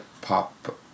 pop